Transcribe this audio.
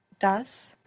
das